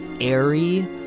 airy